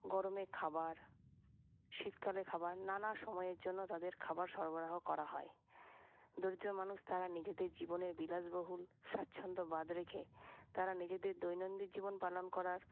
গরমে খাবার শীতকালে খাবার নানা সময়ের জন্য তাদের খাবার সরবরাহ করা হয় দরিদ্র মানুষ তারা নিজেদের জীবনের বিলাসবহুল স্বাচ্ছন্দ্য বাদ রেখে তারা নিজেদের দৈনন্দিন জীবন পালন করার